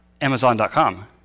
Amazon.com